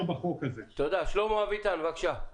שלמה אביטן, בבקשה.